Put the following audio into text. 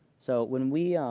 so when we